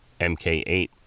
MK8